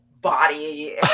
body